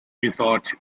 resort